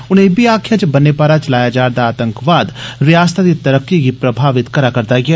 उनें इब्बी आखेआ जे बन्ने पारा चलाया जा'रदा आतंकवाद रिआसत दी तरक्की गी प्रभावित करा'रदा ऐ